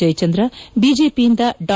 ಜಯಚಂದ್ರ ಬಿಜೆಪಿಯಿಂದ ಡಾ